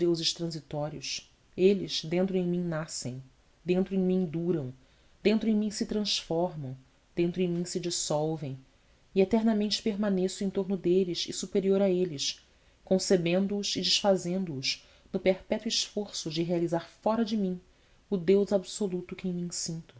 deuses transitórios eles dentro em mim nascem dentro em mim duram dentro em mim se transformam dentro em mim se dissolvem e eternamente permaneço em torno deles e superior a eles concebendo os e desfazendo os no perpétuo esforço de realizar fora de mim o deus absoluto que em mim sinto